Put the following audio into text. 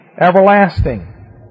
everlasting